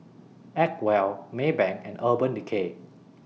Acwell Maybank and Urban Decay